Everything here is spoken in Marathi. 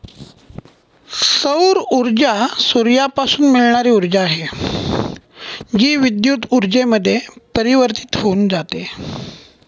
सौर ऊर्जा सूर्यापासून मिळणारी ऊर्जा आहे, जी विद्युत ऊर्जेमध्ये परिवर्तित होऊन जाते